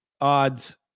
Odds